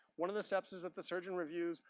one of the steps is that the surgeon review,